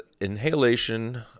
inhalation